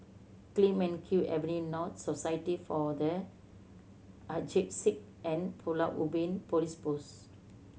Clemenceau Avenue North Society for The Aged Sick and Pulau Ubin Police Post